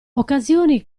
occasioni